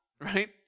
Right